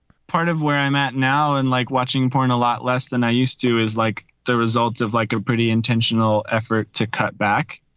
part of where i'm at now and like watching porn a lot less than i used to is like the results of like a pretty intentional effort to cut back.